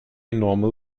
normal